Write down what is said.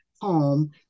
home